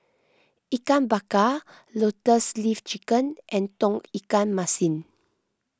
Ikan Bakar Lotus Leaf Chicken and Tauge Ikan Masin